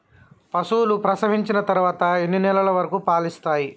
పశువులు ప్రసవించిన తర్వాత ఎన్ని నెలల వరకు పాలు ఇస్తాయి?